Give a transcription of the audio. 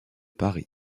paris